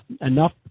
enough